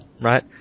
right